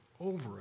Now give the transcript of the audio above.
over